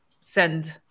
send